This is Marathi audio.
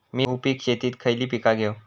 मी बहुपिक शेतीत खयली पीका घेव?